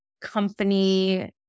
company